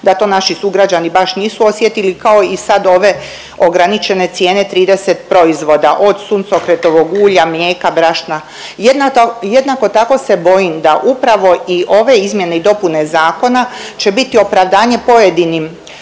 da to naši sugrađani baš nisu osjetili, kao i sad ove ograničene cijene 30 proizvoda od suncokretovog ulja, mlijeka, brašna. Jednako tako se bojim da upravo i ove izmjene i dopune zakona će biti opravdanje pojedinim